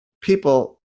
people